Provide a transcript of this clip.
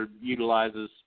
utilizes